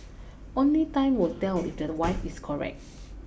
only time will tell if that the wife is correct